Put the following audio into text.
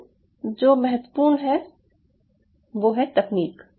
तो जो महत्त्वपूर्ण है वो है तकनीक